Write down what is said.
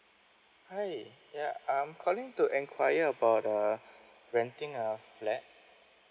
hi ya I'm calling to enquire about uh renting a flat